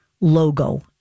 logo